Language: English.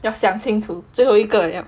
要想清楚最后一个了